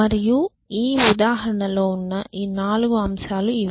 మరియు ఈ ఉదాహరణలో ఉన్న 4 అంశాలు ఇవి